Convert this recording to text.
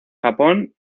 japón